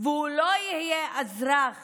והוא לא יהיה אזרח